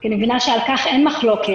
כמה חולים יש, מה הסיכון.